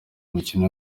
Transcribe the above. mikino